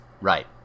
Right